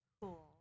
Cool